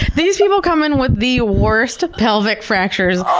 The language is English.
these people come in with the worst pelvic fractures.